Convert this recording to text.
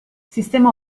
sistema